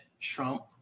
Trump